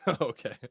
Okay